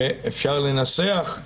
ואפשר לנסח,